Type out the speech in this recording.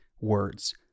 words